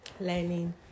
learning